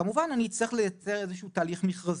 כמובן שאצטרך לייצר איזשהו תהליך מכרזי.